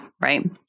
Right